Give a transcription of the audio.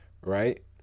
right